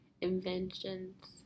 inventions